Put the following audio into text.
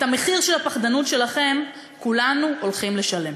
את המחיר של הפחדנות שלכם כולנו הולכים לשלם.